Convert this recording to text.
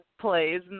plays